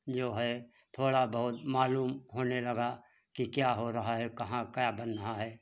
जो है थोड़ा बहुत मालूम होने लगा कि क्या हो रहा है कहाँ क्या बन रहा है